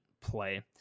play